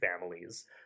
families